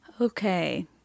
Okay